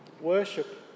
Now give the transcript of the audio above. Worship